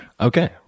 Okay